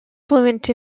fluent